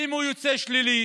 ואם היא יוצאת שלילית,